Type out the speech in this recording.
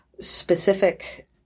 specific